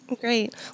great